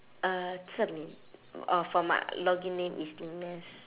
(uh zhen min uh for my login name is nes